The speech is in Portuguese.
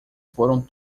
foram